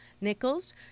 Nichols